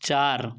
চার